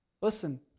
Listen